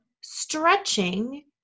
stretching